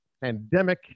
pandemic